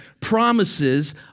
promises